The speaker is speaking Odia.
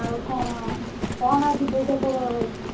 ଆଉ କଣ କଣ ଆଜି ଭୋଗ ଫୋଗ ହେଉଛି